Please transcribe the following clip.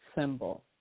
symbol